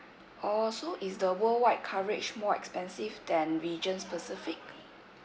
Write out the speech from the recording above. oh so is the worldwide coverage more expensive than regions specific